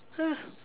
!huh!